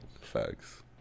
Facts